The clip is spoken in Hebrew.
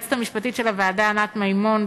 ליועצת המשפטית של הוועדה ענת מימון,